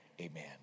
Amen